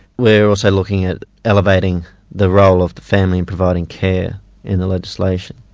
we're also looking at elevating the role of the family and providing care in the legislation,